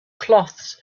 cloths